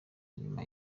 nyuma